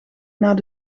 naar